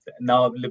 now